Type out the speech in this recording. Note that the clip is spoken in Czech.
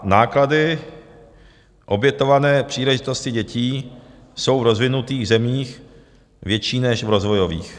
Náklady obětované příležitosti dětí jsou v rozvinutých zemích větší než v rozvojových.